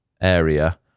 area